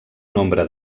nombre